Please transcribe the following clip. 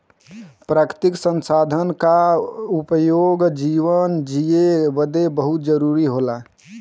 प्राकृतिक संसाधन क उपयोग जीवन जिए बदे बहुत जरुरी होला